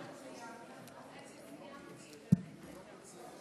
נתראה עוד חצי שנה, אם לא תטפלו בזה.